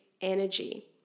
energy